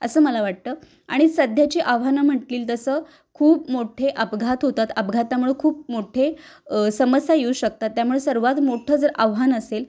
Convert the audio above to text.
असं मला वाटतं आणि सध्याची आव्हानं म्हटतिल तसं खूप मोठे अपघात होतात अपघातामुळं खूप मोठे समस्या येऊ शकतात त्यामुळे सर्वांत मोठं जर आव्हान असेल